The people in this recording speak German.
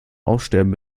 aussterben